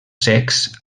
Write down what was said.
secs